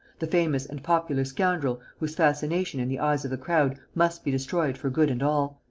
the famous and popular scoundrel whose fascination in the eyes of the crowd must be destroyed for good and all.